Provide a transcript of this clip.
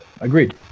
agreed